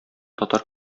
татар